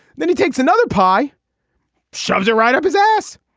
then he takes another pie shoves it right up his ass.